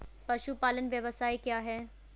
पशुपालन व्यवसाय क्या है?